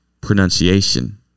pronunciation